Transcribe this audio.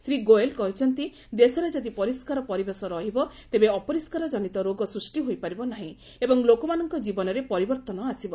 ଶ୍ରୀ ଗୋୟଲ କହିଛନ୍ତି ଦେଶରେ ଯଦି ପରିଷ୍କାର ପରିବେଶ ରହିବ ତେବେ ଅପରିଷ୍କାରଜନିତ ରୋଗ ସୃଷ୍ଟି ହୋଇପାରିବ ନାହିଁ ଏବଂ ଲୋକମାନଙ୍କ ଜୀବନରେ ପରିବର୍ତ୍ତନ ଆସିବ